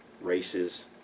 races